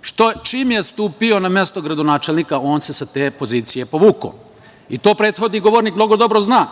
što čim je stupio na mesto gradonačelnika on se sa te pozicije povukao. To prethodni govornik vrlo dobro zna,